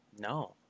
No